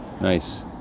nice